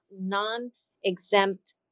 non-exempt